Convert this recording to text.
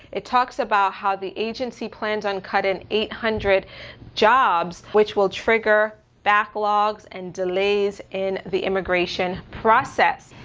it talks about how the agency plans on cutting eight hundred jobs, which will trigger backlogs and delays in the immigration process.